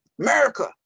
America